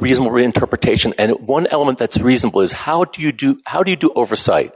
reasonable interpretation and one element that's reasonable is how do you do how do you do oversight